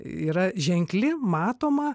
yra ženkli matoma